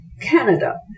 Canada